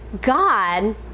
God